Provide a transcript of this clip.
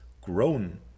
grown